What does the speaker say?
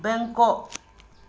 Bangkok